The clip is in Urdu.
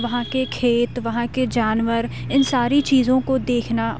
وہاں كے كھیت وہاں كے جانور اِن ساری چیزوں كو دیكھنا